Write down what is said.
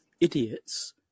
Idiots